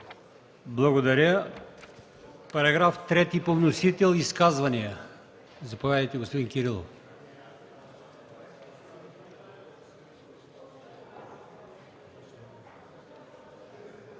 Благодаря. По § 3 по вносител – изказвания? Заповядайте, господин Кирилов.